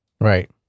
Right